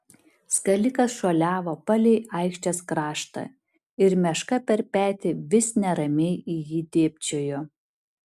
skalikas šuoliavo palei aikštės kraštą ir meška per petį vis neramiai į jį dėbčiojo